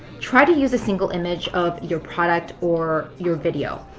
try to use a single image of your product or your video.